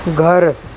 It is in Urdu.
گھر